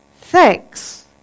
Thanks